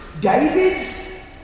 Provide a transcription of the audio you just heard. David's